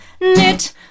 knit